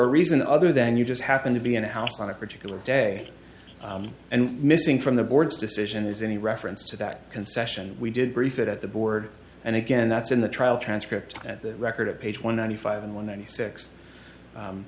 a reason other than you just happened to be in a house on a particular day and missing from the board's decision is any reference to that concession we did brief it at the board and again that's in the trial transcript of the record at page one ninety five and one ninety six